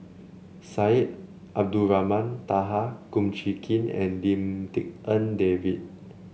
Syed Abdulrahman Taha Kum Chee Kin and Lim Tik En David